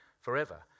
forever